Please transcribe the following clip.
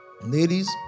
ladies